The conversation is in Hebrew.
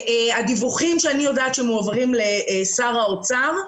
אני יודעת שמועברים לשר האוצר,